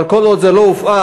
אבל כל עוד זה לא הופעל,